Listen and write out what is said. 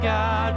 God